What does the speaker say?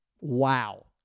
Wow